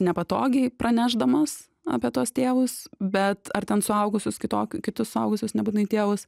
nepatogiai pranešdamas apie tuos tėvus bet ar ten suaugusius kitokiu kitus suaugusius nebūtinai tėvus